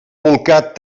bolcat